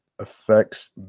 affects